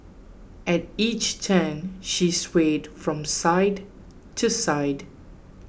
at each turn she swayed from side to side